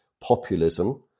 populism